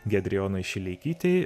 giedrei onai šileikytei